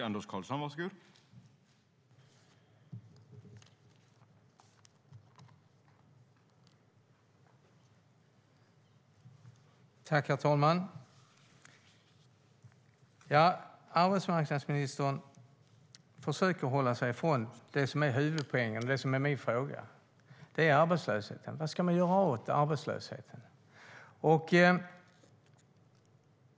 Herr talman! Arbetsmarknadsministern försöker att hålla sig ifrån det som är huvudpoängen i min fråga. Det är arbetslösheten. Vad ska man göra åt arbetslösheten?